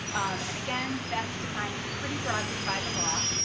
and again, that's defined pretty broadly by the law.